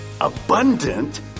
abundant